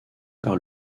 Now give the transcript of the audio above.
par